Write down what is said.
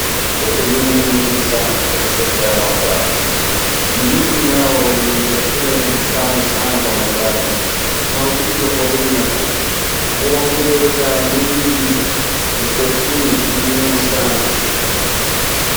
Ukulima ni muhimu sana katika sekta ya mwanadamu. Ndizi nao ni chakula tamu sana kwa mwanadamu na huuzwa kwa bei nafuu. Huongeza mwili ni protini ni muhimu sana,